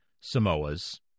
Samoa's